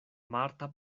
marta